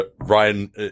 ryan